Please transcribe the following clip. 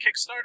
Kickstarter